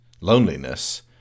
Loneliness